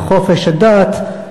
לחופש הדת.